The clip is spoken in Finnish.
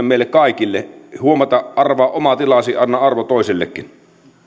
meille kaikille huomata arvaa oma tilasi anna arvo toisellekin